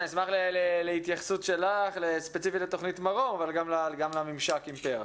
נשמח להתייחסות שלך ספציפית לתכנית מרום אבל גם לממשק עם פר"ח.